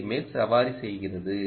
க்கு மேல் சவாரி செய்கிறது